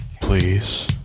Please